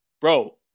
bro